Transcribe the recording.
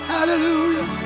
Hallelujah